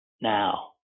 now